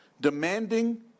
Demanding